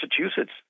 Massachusetts